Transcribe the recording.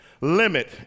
limit